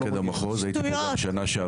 שטויות.